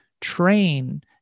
train